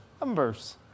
numbers